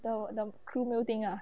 the the crew meal thing ah